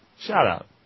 Shout-out